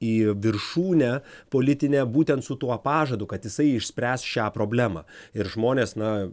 į viršūnę politinę būtent su tuo pažadu kad jisai išspręs šią problemą ir žmonės na